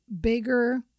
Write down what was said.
bigger